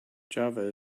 java